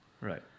Right